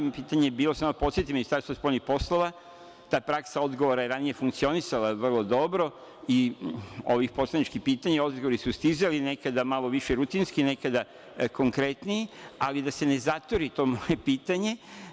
Pitanje je bilo, samo da podsetim Ministarstvo spoljnih poslova, ta praksa odgovora je ranije funkcionisala vrlo dobro i na ovih poslanička pitanja odgovori su stizali nekada malo više rutinski, nekada konkretniji, ali da se ne zaturi to moje pitanje.